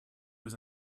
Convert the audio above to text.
was